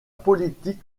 politique